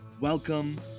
welcome